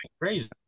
crazy